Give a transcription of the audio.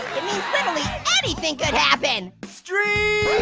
literally anything can happen. streaker, yeah.